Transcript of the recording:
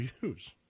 use